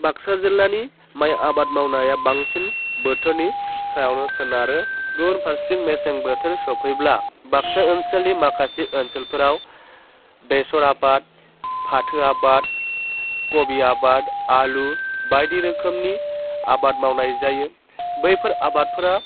बाक्सा जिल्लानि माइ आबाद मावनाया बांसिन बोथोरनि सायावनो सोनारो गुबुन फारसेथिं मेसें बोथोर सफैब्ला बाक्सा ओनसोलनि माखासे ओनसोलफोराव बेसर आबाद फाथो आबाद कबि आबाद आलु बायदि रोखोमनि आबाद मावनाय जायो बैफोर आबादफोरा